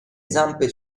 zampe